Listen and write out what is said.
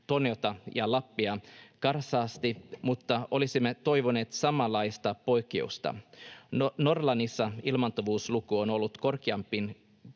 Torniota ja Lappia karsaasti, mutta olisimme toivoneet samanlaista poikkeusta. Norlannissa ilmaantuvuusluku on ollut korkeampi